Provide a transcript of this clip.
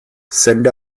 sende